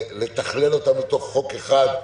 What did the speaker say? ולתכלל אותם לתוך חוק אחד.